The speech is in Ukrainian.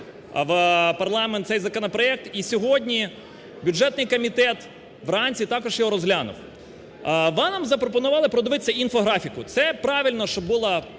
в парламент цей законопроект, і сьогодні бюджетний комітет вранці також його розглянув. Ви нам запропонували продивитися інфографіку. Це правильно, що була